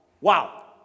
wow